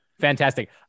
fantastic